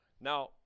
Now